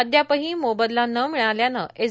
अद्यापही मोबदला न मिळाल्याने एस